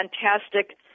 fantastic